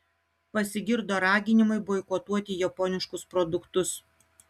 pasigirdo raginimai boikotuoti japoniškus produktus